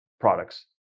products